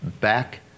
back